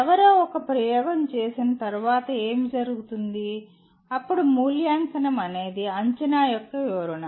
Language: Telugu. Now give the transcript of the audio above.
ఎవరో ఒక ప్రయోగం చేసిన తర్వాత ఏమి జరుగుతుంది అప్పుడు మూల్యాంకనం అనేది అంచనా యొక్క వివరణ